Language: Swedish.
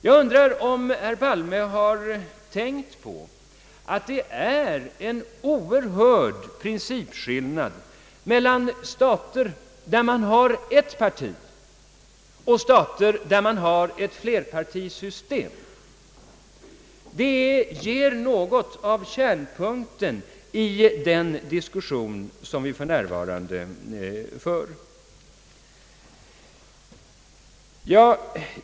Jag undrar om herr Palme vill tänka på att det är en oerhörd principskillnad mellan stater där man har ett parti och stater där man har ett flerpartisystem. Det gäller något av kärnpunkten i den diskussion som vi för närvarande för.